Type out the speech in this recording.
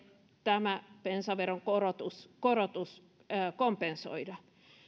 tämä bensaveron korotus korotus kompensoidaan